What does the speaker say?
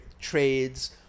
trades